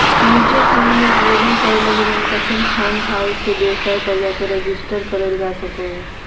mutual fund मे आवेदन करे लगी मनपसंद फंड हाउस के वेबसाइट पर जाके रेजिस्टर करल जा सको हय